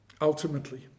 ultimately